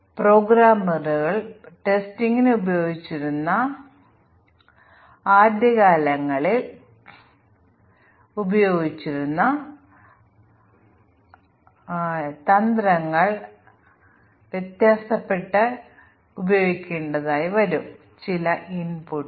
അതിനാൽ integration testing സമയത്ത് unit interface ശരിയായി പരീക്ഷിച്ച വ്യത്യസ്ത മൊഡ്യൂളുകൾ ഉണ്ടോ എന്ന് പരിശോധിക്കുമെന്ന ആ സ്റ്റേറ്റ്മെൻറ് ഞാൻ ആവർത്തിക്കട്ടെ